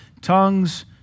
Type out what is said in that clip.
tongues